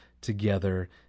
together